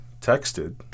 texted